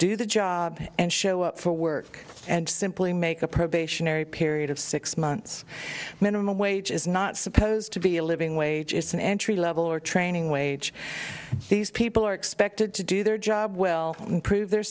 do the job and show up for work and simply make a probationary period of six months minimum wage is not supposed to be a living wage it's an entry level or training wage these people are acted to do their job well improve their